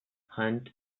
hunt